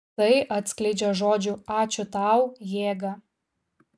tai atskleidžia žodžių ačiū tau jėgą